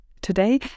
Today